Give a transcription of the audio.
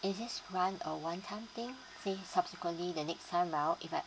is this grant a one time thing say subsequently the next time round if I'm